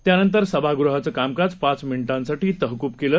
त्यानंतरसभागृहाचंकामकाजपाचमिनिटांसाठीतहकूबकेलं